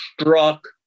struck